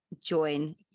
join